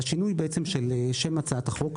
והשינוי של שם הצעת החוק,